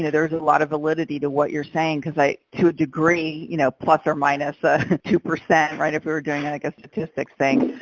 and there's a lot of validity to what you're saying because i to a degree, you know, plus or minus ah two, right? if we were doing it like a statistics thing,